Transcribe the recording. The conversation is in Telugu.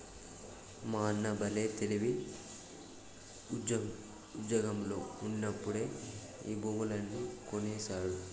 మా అన్న బల్లే తెలివి, ఉజ్జోగంలో ఉండినప్పుడే ఈ భూములన్నీ కొనేసినాడు